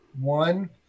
One